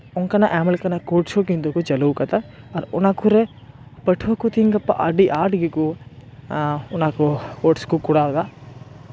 ᱚᱱᱠᱟᱱᱟᱜ ᱟᱭᱢᱟ ᱞᱮᱠᱟᱱᱟᱜ ᱠᱳᱨᱥ ᱦᱚᱸ ᱠᱤᱱᱛᱩ ᱠᱚ ᱪᱟᱹᱞᱩ ᱟᱠᱟᱫᱟ ᱟᱨ ᱚᱱᱟ ᱠᱚᱨᱮ ᱯᱟᱹᱴᱷᱩᱣᱟᱹ ᱠᱚ ᱛᱮᱦᱤᱧ ᱜᱟᱯᱟ ᱟᱹᱰᱤ ᱟᱸᱴ ᱜᱮᱠᱚ ᱚᱱᱟ ᱠᱚ ᱠᱳᱨᱥ ᱠᱚ ᱠᱚᱨᱟᱣᱮᱫᱟ